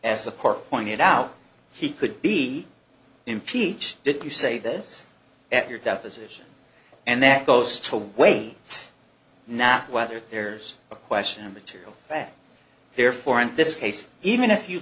court pointed out he could be impeached did you say this at your deposition and that goes to weight not whether there's a question of material back therefore in this case even if you